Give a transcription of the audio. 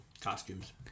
costumes